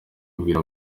abwira